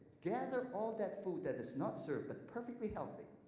gather all that food that is not served but perfectly healthy,